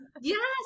yes